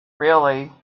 really